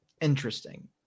interesting